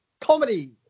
Comedy